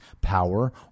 power